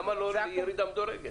למה לא ירידה מדורגת?